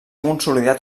consolidat